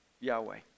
Yahweh